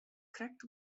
krekt